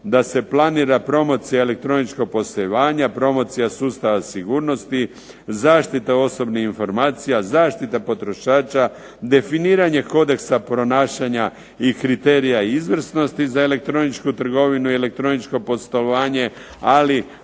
da se planira promocija elektroničkog poslovanja, promocija sustava sigurnosti, zaštita osobnih informacija, zaštita potrošača, definiranje kodeksa ponašanja i kriterija izvrsnosti za elektroničku trgovinu i elektroničko poslovanje, ali